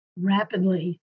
rapidly